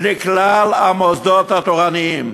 מכלל המוסדות התורניים